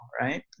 right